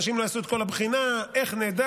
אנשים לא יעשו את כל הבחינה, איך נדע?